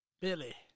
Billy